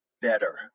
better